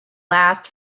last